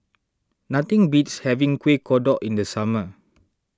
nothing beats having Kuih Kodok in the summer